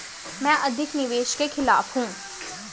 मैं अधिक निवेश के खिलाफ हूँ